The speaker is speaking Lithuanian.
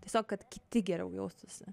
tiesiog kad kiti geriau jaustųsi